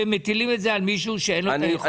ומטיל את זה על מישהו שאין לו את היכולת.